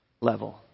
level